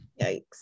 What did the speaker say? yikes